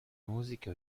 musiche